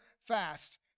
fast